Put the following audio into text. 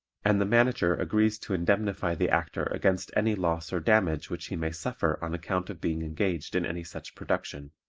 and the manager agrees to indemnify the actor against any loss or damage which he may suffer on account of being engaged in any such production.